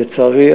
לצערי,